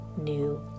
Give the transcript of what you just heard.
new